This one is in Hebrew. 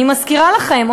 אני מזכירה לכם,